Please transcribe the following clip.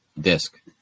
disc